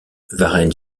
varennes